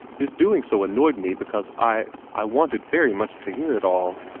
his doing so annoyed me, because i i wanted very much to hear it all.